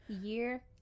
year